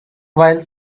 while